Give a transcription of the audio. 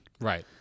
Right